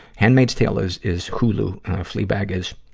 handmaid's tale is, is hulu fleabag is,